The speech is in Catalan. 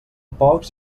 pocs